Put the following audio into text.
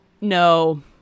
No